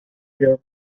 bare